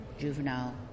juvenile